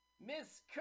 Miss